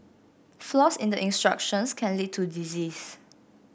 flaws in the instructions can lead to disease